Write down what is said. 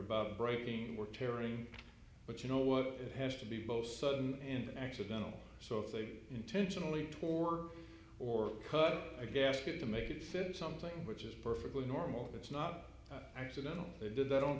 about breaking were tearing but you know what it has to be both sudden and accidental so if they intentionally tore or cut a gasket to make it fit something which is perfectly normal it's not accidental they did that on